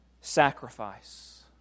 sacrifice